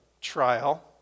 trial